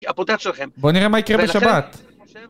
בוא נראה מה יקרה בשבת